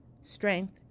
strength